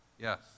Yes